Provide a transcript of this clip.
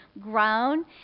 grown